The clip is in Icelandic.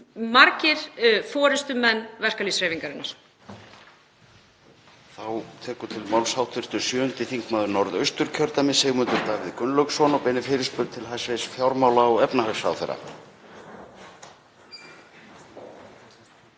margir forystumenn verkalýðshreyfingarinnar.